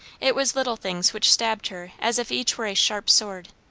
it was little things which stabbed her as if each were a sharp sword.